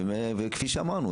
או כפי שאמרנו,